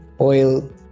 Oil